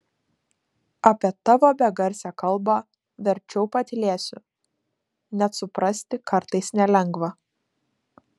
apie tavo begarsę kalbą verčiau patylėsiu net suprasti kartais nelengva